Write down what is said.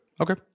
Okay